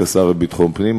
כשר לביטחון הפנים,